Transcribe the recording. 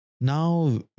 now